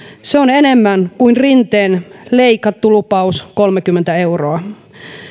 se on enemmän kuin rinteen leikattu lupaus kolmekymmentä euroa